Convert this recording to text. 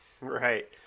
Right